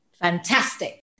Fantastic